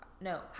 No